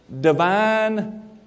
divine